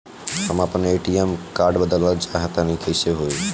हम आपन ATM card बदलल चाह तनि कइसे होई?